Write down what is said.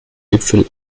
gipfel